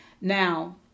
Now